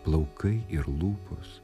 plaukai ir lūpos